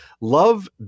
love